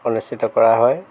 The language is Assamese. অনুষ্ঠিত কৰা হয়